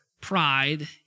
pride